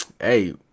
hey